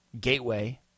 Gateway